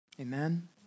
Amen